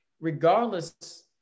Regardless